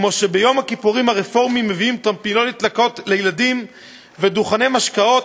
כמו שביום הכיפורים הרפורמים מביאים טרמפולינות לילדים ודוכני משקאות,